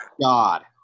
God